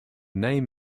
name